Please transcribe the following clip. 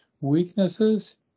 weaknesses